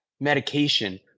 medication